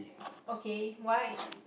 okay why